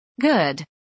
Good